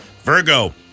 Virgo